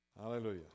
Hallelujah